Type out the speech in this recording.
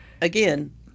Again